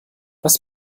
was